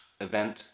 event